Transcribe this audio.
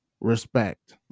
respect